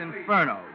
Inferno